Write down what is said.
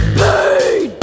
pain